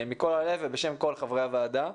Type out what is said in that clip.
מכל הלב ובשם כל חברי הוועדה.